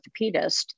orthopedist